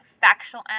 factual